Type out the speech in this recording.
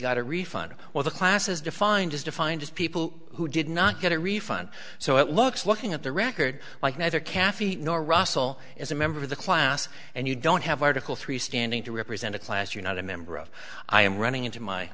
got a refund while the class is defined as defined as people who did not get a refund so it looks looking at the record like no other caffeine or russell is a member of the class and you don't have article three standing to represent a class you're not a member of i am running into my